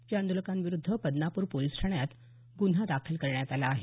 या आंदोलकांविरूद्ध बदनापूर पोलिस ठाण्यात गुन्हा दाखल करण्यात आला आहे